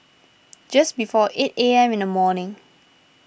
just before eight A M in the morning